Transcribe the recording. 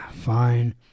Fine